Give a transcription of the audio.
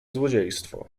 złodziejstwo